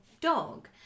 dog